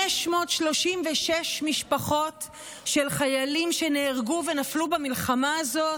536 משפחות של חיילים שנהרגו ונפלו במלחמה הזאת,